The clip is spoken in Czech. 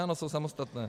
Ano, jsou samostatné.